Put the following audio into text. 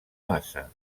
massa